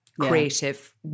creative